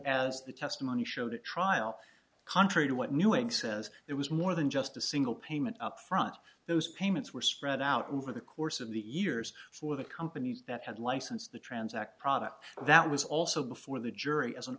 as the testimony showed at trial contrary to what new ink says there was more than just a single payment up front those payments were spread out over the course of the ears for the companies that had licensed the transact product that was also before the jury as an